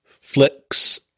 flicks